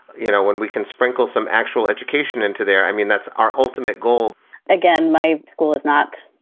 you know, when we can sprinkle some actual education into there, i mean, that's our ultimate goal again, my school is not.